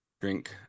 drink